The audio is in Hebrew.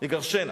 יגרשנה.